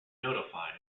notified